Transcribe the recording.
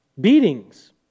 beatings